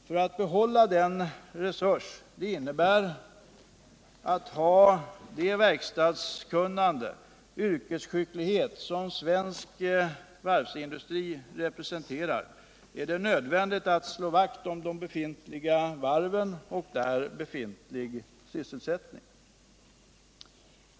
För att behålla den resurs som svensk varvsindustri representerar i form av verkstadskunnande och yrkesskicklighet är det nödvändigt att slå vakt om de befintliga varven och inom dessa befintlig sysselsättning.